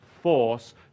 force